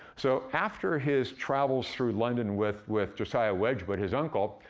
so after his travels through london with with josiah wedgwood, his uncle,